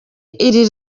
iri